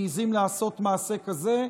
מעיזים לעשות מעשה כזה,